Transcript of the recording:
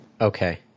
Okay